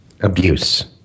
Abuse